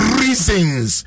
reasons